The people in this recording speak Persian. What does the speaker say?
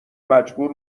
مجبور